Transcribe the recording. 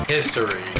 History